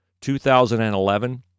2011